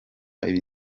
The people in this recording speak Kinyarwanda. kunywa